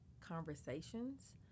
conversations